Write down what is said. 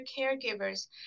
caregivers